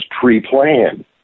pre-planned